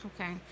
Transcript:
Okay